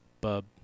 Bub